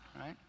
right